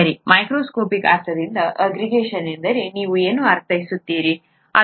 ಸರಿ ಮೈಕ್ರೋಸ್ಕೋಪಿಕ್ ಅರ್ಥದಿಂದ ಆಗ್ರಿಗೇಷನ್ ಎಂದರೆ ನೀವು ಏನು ಅರ್ಥೈಸುತ್ತೀರಿ